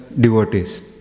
devotees